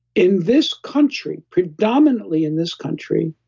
in this country, predominantly in this country,